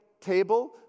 table